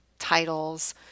titles